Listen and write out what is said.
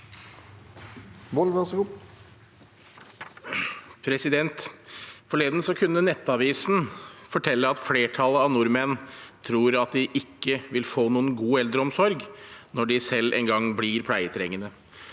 Forleden kunne Nettavisen fortelle at flertallet av nordmenn tror at de ikke vil få noen god eldreomsorg når de selv en gang blir pleietrengende.